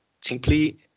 simply